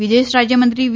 વિદેશ રાજ્યમંત્રી વી